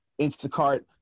Instacart